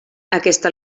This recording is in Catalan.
aquesta